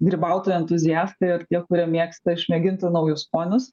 grybautojai entuziastai ar tie kurie mėgsta išmėginti naujus skonius